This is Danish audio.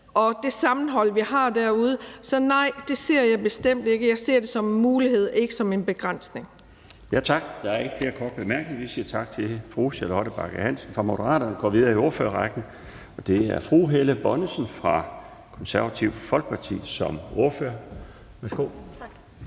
og det sammenhold, vi har derude. Så nej, den bekymring ser jeg bestemt ikke. Jeg ser det som en mulighed, ikke som en begrænsning. Kl. 16:35 Den fg. formand (Bjarne Laustsen): Der er ikke flere korte bemærkninger. Vi siger tak til fru Charlotte Bagge Hansen fra Moderaterne og går videre i ordførerrækken til fru Helle Bonnesen fra Det Konservative Folkeparti. Værsgo. Kl.